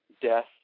death